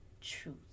truth